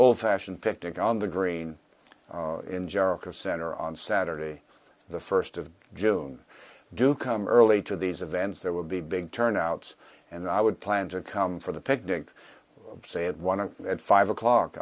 old fashioned picnic on the green in jericho center on saturday the first of june do come early to these events there will be big turnouts and i would plan to come for the picnic say at one of at five o'clock